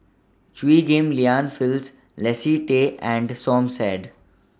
Chew Ghim Lian Phyllis Leslie Tay and Som Said